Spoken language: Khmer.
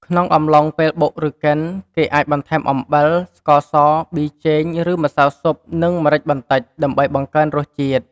ក្នុងអំឡុងពេលបុកឬកិន គេអាចបន្ថែមអំបិល ស្ករស ប៊ីចេង ឬម្សៅស៊ុប និងម្រេចបន្តិច ដើម្បីបង្កើនរសជាតិ។